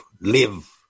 live